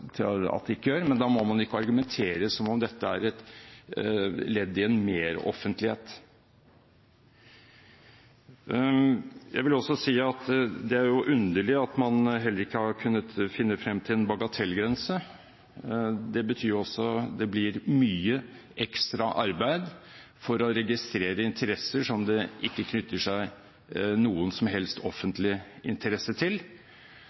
til at de ikke gjør, men da må man ikke argumentere som om dette er et ledd i en meroffentlighet. Jeg vil også si at det er underlig at man heller ikke har kunnet finne frem til en bagatellgrense. Det betyr jo at det blir mye ekstra arbeid for å registrere interesser som det ikke knytter seg noen som helst offentlig interesse til.